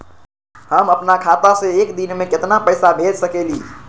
हम अपना खाता से एक दिन में केतना पैसा भेज सकेली?